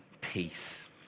peace